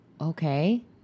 okay